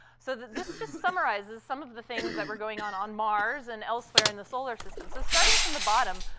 so this just summarizes some of the things that were going on on mars and elsewhere in the solar system. so, starting from the bottom,